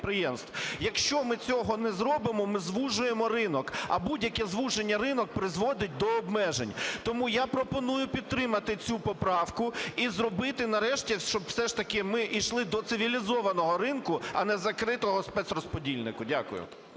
Якщо ми цього не зробимо, ми звужуємо ринок, а будь-яке звуження ринку призводить до обмежень. Тому я пропоную підтримати цю поправку і зробити нарешті, щоб все ж таки ми йшли до цивілізованого ринку, а не закритого спецрозподільника. Дякую.